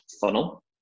funnel